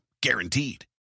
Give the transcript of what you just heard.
Guaranteed